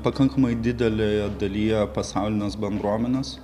pakankamai didelėje dalyje pasaulinės bendruomenės